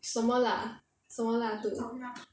什么辣什么辣度